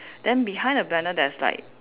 then behind the blender there's like